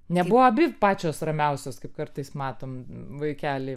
nebuvo abi pačios ramiausios kaip kartais matom vaikeliai